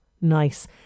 Nice